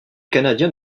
canadiens